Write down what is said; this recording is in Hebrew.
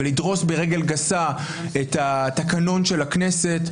ולדרוס ברגל גסה את התקנון של הכנסת,